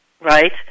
Right